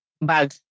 bag